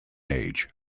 age